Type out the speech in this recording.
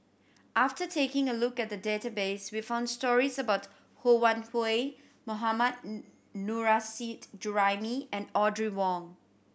after taking a look at the database we found stories about Ho Wan Hui Mohammad Nurrasyid Juraimi and Audrey Wong